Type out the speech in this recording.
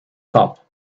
cop